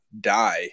die